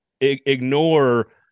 ignore